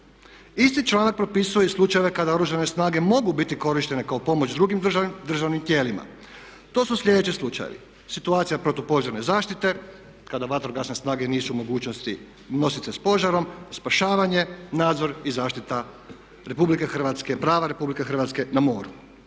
Isti članak propisuje i slučajeve kada Oružane snage mogu biti korištene kao pomoć drugim državnim tijelima. To su sljedeći slučajevi: situacija protupožarne zaštite, kada vatrogasne snage nisu u mogućnosti nositi se s požarom, spašavanje, nadzor i zaštita Republike Hrvatske, prava Republike Hrvatske na moru.